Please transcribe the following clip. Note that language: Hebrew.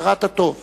הכרת הטוב